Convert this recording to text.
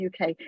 UK